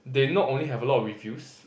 they not only have a lot of reviews